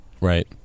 Right